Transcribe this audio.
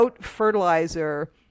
fertilizer